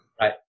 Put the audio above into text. right